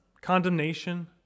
Condemnation